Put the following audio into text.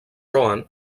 rohan